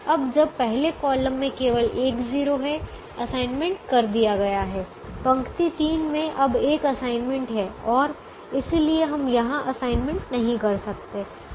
अब जब पहले कॉलम में केवल एक 0 है असाइनमेंट कर दिया गया है पंक्ति 3 में अब एक असाइनमेंट है और इसलिए हम यहां असाइनमेंट नहीं कर सकते हैं